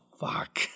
fuck